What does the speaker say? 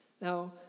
Now